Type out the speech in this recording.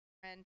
friend